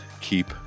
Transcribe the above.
keep